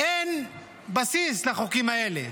אין בסיס לחוקים האלה,